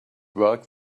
work